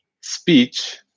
speech